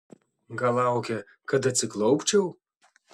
gal laukia kad atsiklaupčiau